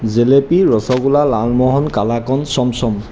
jalebi rasgulla lalmohan kalakand chamcham